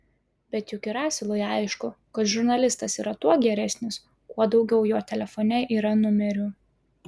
bet juk ir asilui aišku kad žurnalistas yra tuo geresnis kuo daugiau jo telefone yra numerių